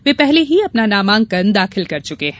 वे पहले ही अपना नामांकन दाखिल कर चुके हैं